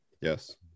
Yes